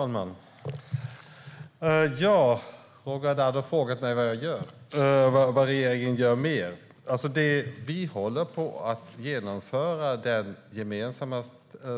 Herr talman! Roger Haddad frågade mig vad regeringen gör mer. Vi håller på att genomföra den gemensamma